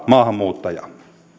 maahanmuuttajaa